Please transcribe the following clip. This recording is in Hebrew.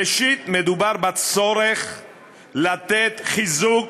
ראשית, מדובר בצורך לתת חיזוק